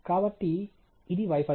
కాబట్టి ఇది వైఫల్యం